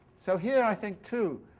so here, i think, too,